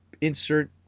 insert